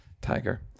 Tiger